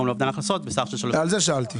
לאובדן הכנסות בסך של 3.9 מיליארד --- על זה שאלתי.